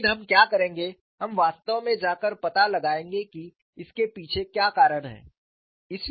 लेकिन हम क्या करेंगे हम वास्तव में जाकर पता लगाएंगे कि इसके पीछे क्या कारण है